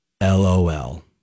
LOL